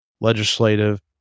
legislative